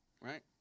right